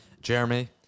Jeremy